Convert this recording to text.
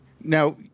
now